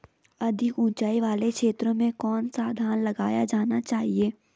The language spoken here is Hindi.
अधिक उँचाई वाले क्षेत्रों में कौन सा धान लगाया जाना चाहिए?